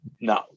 no